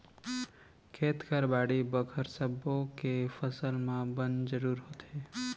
खेत खार, बाड़ी बखरी सब्बो के फसल म बन जरूर होथे